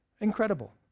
Incredible